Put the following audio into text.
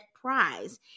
prize